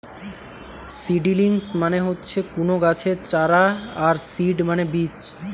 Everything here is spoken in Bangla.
সিডিলিংস মানে হচ্ছে কুনো গাছের চারা আর সিড মানে বীজ